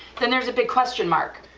then there's a big question mark.